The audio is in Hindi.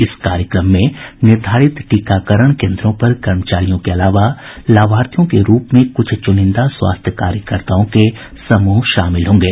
इस कार्यक्रम में निर्धारित टीकाकरण केंद्रों पर कर्मचारियों के अलावा लाभार्थियों के रूप में कुछ चुनिंदा स्वास्थ्य कार्यकर्ताओं के समूह शामिल होंगे